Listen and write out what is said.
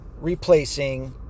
replacing